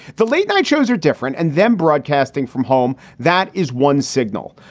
the late night shows are different and then broadcasting from home, that is one signal.